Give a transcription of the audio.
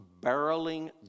barreling